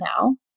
now